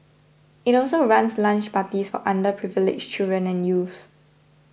it also runs lunch parties for underprivileged children and youth